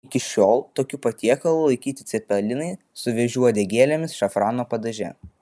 iki šiol tokiu patiekalu laikyti cepelinai su vėžių uodegėlėmis šafrano padaže